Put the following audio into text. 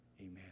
amen